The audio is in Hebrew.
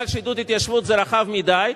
מכיוון ש"עידוד התיישבות" זה רחב מדי,